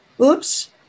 Oops